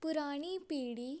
ਪੁਰਾਣੀ ਪੀੜ੍ਹੀ